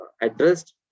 addressed